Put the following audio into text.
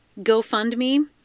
GoFundMe